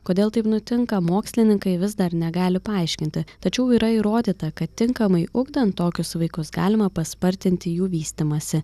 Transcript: kodėl taip nutinka mokslininkai vis dar negali paaiškinti tačiau yra įrodyta kad tinkamai ugdant tokius vaikus galima paspartinti jų vystymąsi